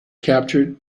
captured